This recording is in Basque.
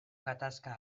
gatazka